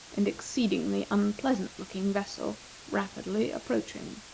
and exceedingly unpleasant-looking vessel rapidly approaching.